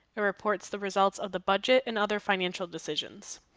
it reports the results of the budget and other financial decisions.